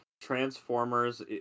Transformers